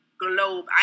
globe